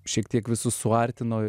šiek tiek visus suartino